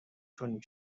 کنید